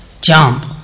jump